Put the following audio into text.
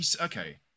Okay